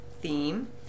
theme